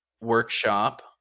workshop